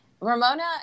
Ramona